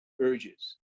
urges